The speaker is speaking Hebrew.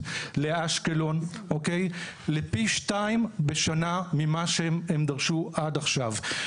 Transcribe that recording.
לאשקלון לפי שניים בשנה ממה שהם דרשו עד עכשיו.